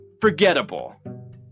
forgettable